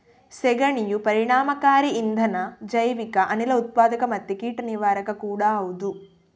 ಸೆಗಣಿಯು ಪರಿಣಾಮಕಾರಿ ಇಂಧನ, ಜೈವಿಕ ಅನಿಲ ಉತ್ಪಾದಕ ಮತ್ತೆ ಕೀಟ ನಿವಾರಕ ಕೂಡಾ ಹೌದು